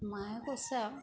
মায়ে কৈছে আৰু